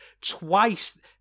Twice